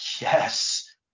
yes